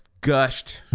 gushed